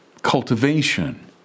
cultivation